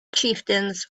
chieftains